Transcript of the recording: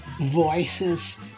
voices